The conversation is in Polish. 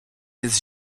jest